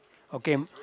okay